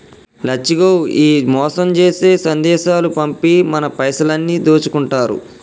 లచ్చిగో ఈ మోసం జేసే సందేశాలు పంపి మన పైసలన్నీ దోసుకుంటారు